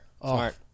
Smart